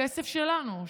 הכסף שלנו,